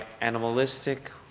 animalistic